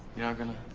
you're not gonna?